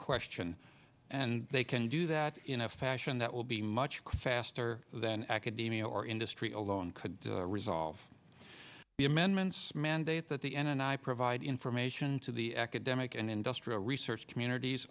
question and they can do that in a fashion that will be much chris faster than academia or industry alone could resolve the amendment's mandate that the end and i provide information to the academic and industrial research communities